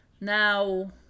Now